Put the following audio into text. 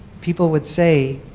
people would say